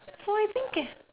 so I think it's